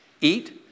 eat